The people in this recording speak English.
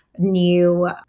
new